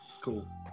Cool